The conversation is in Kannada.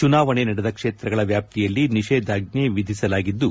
ಚುನಾವಣೆ ನಡೆದ ಕ್ಷೇತ್ರಗಳ ವ್ಯಾಪ್ತಿಯಲ್ಲಿ ನಿಷೇಧಾಣ್ವೆ ವಿಧಿಸಲಾಗಿದ್ದು